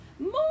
more